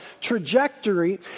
trajectory